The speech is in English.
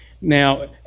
now